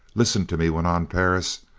listen to me! went on perris.